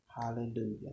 Hallelujah